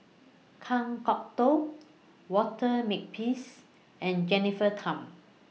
Kan Kwok Toh Walter Makepeace and Jennifer Tham